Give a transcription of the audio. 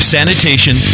Sanitation